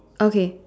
okay